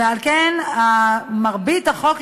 ועל כן מרבית החוק,